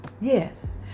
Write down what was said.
Yes